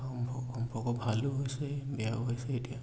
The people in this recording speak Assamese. সম্ভৱ সম্পৰ্ক ভালো হৈছে বেয়াও হৈছে এতিয়া